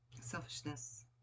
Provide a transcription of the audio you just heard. selfishness